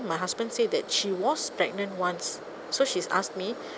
my husband said that she was pregnant once so she's asked me